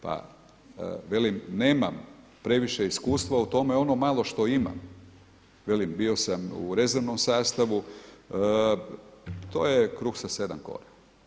Pa velim nemam previše iskustva u tome i ono malo što imam velim bio sam u rezervnom sastavu, to je kruh sa sedam kora.